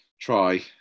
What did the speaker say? try